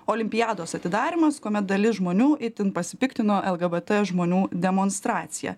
olimpiados atidarymas kuomet dalis žmonių itin pasipiktino lgbt žmonių demonstracija